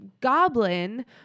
goblin